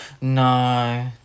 No